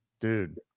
Dude